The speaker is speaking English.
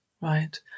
right